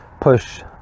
push